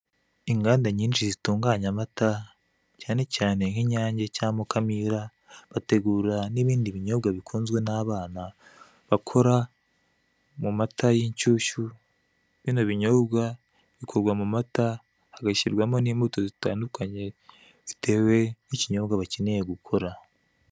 Inganda nyinshi zitunganya amata cyane cyane nk'inyange cya mukamira bategura n'ibindi binyobwa bikunzwe n'abana bakora mu mata yinshyushyu. Bino binyobwa bikorwa mu mata hagashyirwamo n'imbuto zitandukanye bitewe n'ikinyobwa bakeneye gukora.